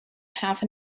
half